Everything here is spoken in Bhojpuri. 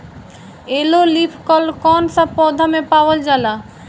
येलो लीफ कल कौन सा पौधा में पावल जाला?